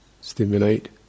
stimulate